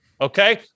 Okay